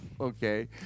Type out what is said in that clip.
Okay